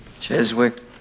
Cheswick